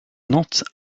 not